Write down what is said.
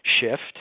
shift